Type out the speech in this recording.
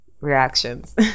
reactions